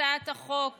הצעת החוק